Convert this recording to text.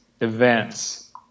events